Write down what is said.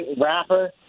rapper